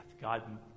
God